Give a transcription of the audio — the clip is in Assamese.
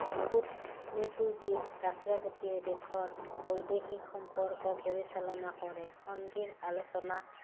কুৎ নীতিবিদ ৰাষ্ট্ৰপতিয়ে দেশৰ বৈদেশিক সম্পৰ্ক পৰিচালনা কৰে সন্ধিৰ আলোচনা